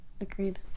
Agreed